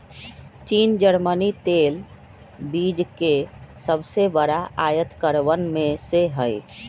चीन जर्मनी तेल बीज के सबसे बड़ा आयतकरवन में से हई